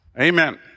Amen